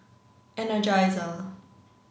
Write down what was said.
energizer